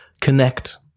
connect